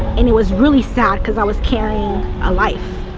and it was really sad because i was carrying a life